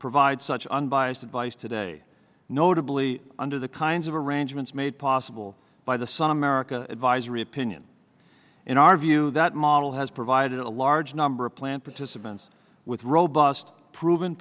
provide such unbiased advice today notably under the kinds of arrangements made possible by the sun america advisory opinion in our view that model has provided a large number of plan participants with robust proven